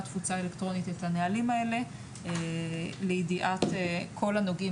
תפוצה אלקטרונית את הנהלים לידיעת כל הנוגעים